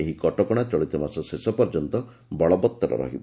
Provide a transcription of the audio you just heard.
ଏହି କଟକଶା ଚଳିତ ମାସ ଶେଷ ପର୍ଯ୍ୟନ୍ତ ବଳବତ୍ତର ରହିବ